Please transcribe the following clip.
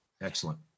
Excellent